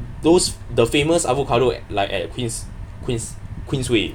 those the famous avocado at like at queens queens queens way